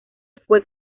fue